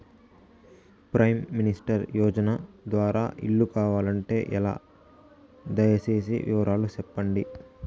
Prime minister యోజన ద్వారా ఇల్లు కావాలంటే ఎలా? దయ సేసి వివరాలు సెప్పండి?